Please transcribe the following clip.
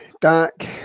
Dak